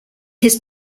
his